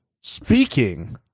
Speaking